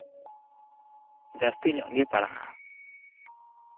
ᱡᱟ ᱥᱛᱤ ᱧᱚᱜ ᱜᱮ ᱯᱟᱲᱟᱜᱼᱟ